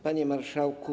Panie Marszałku!